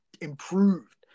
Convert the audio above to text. improved